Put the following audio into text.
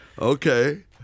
Okay